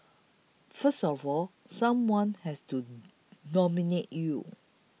first of all someone has to nominate you